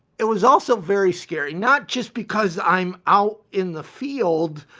it was also very scary. not just because i'm out in the field,